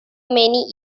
many